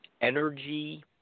energy